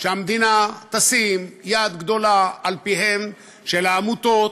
שהמדינה תשים יד גדולה על פיהם של העמותות,